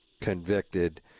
convicted